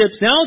Now